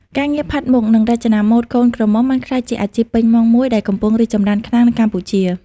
ការងារផាត់មុខ និងរចនាម៉ូដកូនក្រមុំបានក្លាយជាអាជីពពេញម៉ោងមួយដែលកំពុងរីកចម្រើនខ្លាំងនៅកម្ពុជា។